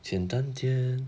简单点